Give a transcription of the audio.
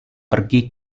pergi